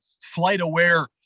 flight-aware